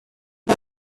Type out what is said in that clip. her